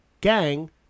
gang